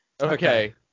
okay